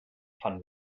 van